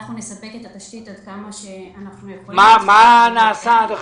ואנחנו נספק את התשתית עד כמה שאנחנו יכולים --- מה נעשה עד עכשיו?